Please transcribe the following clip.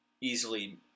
easily –